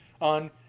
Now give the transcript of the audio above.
on